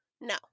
No